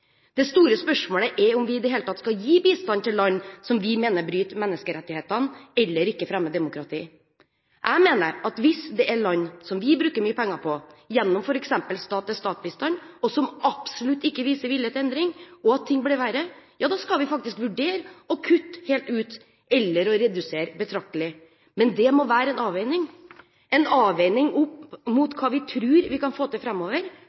Det store spørsmålet er om vi i det hele tatt skal gi bistand til land som vi mener bryter menneskerettighetene, eller som ikke fremmer demokrati. Jeg mener at hvis det er land vi bruker mye penger på gjennom f.eks. stat-til-stat-bistand, og som absolutt ikke viser vilje til endring, og at ting blir verre, skal vi faktisk vurdere å kutte det helt ut eller redusere bistanden betraktelig. Men det må være en avveining, en avveining opp mot hva vi tror vi kan få til